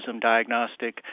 diagnostic